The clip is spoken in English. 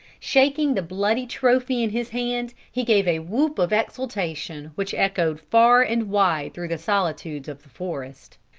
shaking the bloody trophy in his hand, he gave a whoop of exultation which echoed far and wide through the solitudes of the forest.